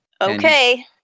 Okay